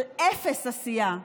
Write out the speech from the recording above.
של אפס עשייה,